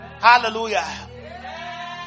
Hallelujah